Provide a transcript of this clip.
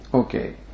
Okay